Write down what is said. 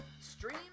stream